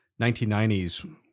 1990s